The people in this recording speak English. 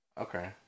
okay